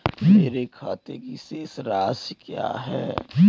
मेरे खाते की शेष राशि क्या है?